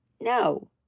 No